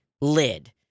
lid